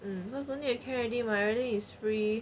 because don't need to care already my already is free